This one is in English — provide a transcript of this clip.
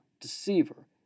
deceiver